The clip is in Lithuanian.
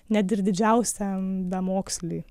net ir didžiausiam damoksliui